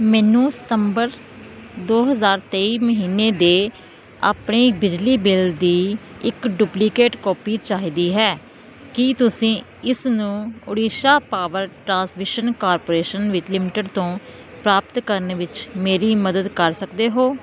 ਮੈਨੂੰ ਸਤੰਬਰ ਦੋ ਹਜਾਰ ਤੇਈ ਮਹੀਨੇ ਦੇ ਆਪਣੇ ਬਿਜਲੀ ਬਿੱਲ ਦੀ ਇੱਕ ਡੁਪਲੀਕੇਟ ਕਾਪੀ ਚਾਹੀਦੀ ਹੈ ਕੀ ਤੁਸੀਂ ਇਸ ਨੂੰ Odisha power transmission corporation limited ਤੋਂ ਪ੍ਰਾਪਤ ਕਰਨ ਵਿੱਚ ਮੇਰੀ ਮਦਦ ਕਰ ਸਕਦੇ ਹੋ